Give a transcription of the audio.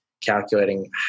calculating